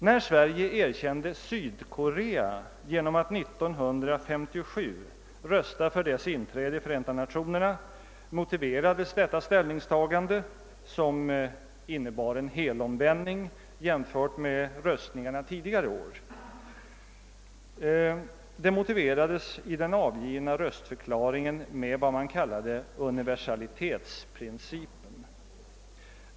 När Sverige erkände Sydkorea genom att 1957 rösta för dess inträde i Förenta nationerna motiverades detta ställningstagande — som innebar en helomvändning jämfört med röstningarna tidigare år — i den avgivna röstförklaringen med vad man kallade universalitetsprincipen.